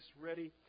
ready